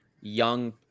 young